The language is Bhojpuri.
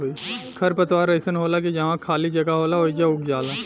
खर पतवार अइसन होला की जहवा खाली जगह होला ओइजा उग जाला